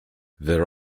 there